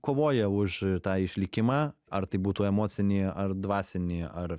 kovoja už tą išlikimą ar tai būtų emocinį ar dvasinį ar